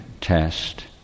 test